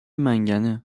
منگنه